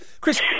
Chris